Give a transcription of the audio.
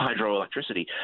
hydroelectricity